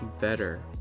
better